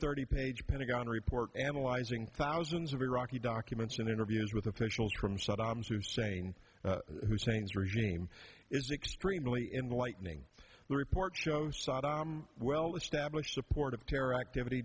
thirty page pentagon report analyzing thousands of iraqi documents and interviews with officials from saddam hussein hussein's regime is extremely in lightning the report shows saddam well established support of terror activity